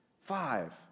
Five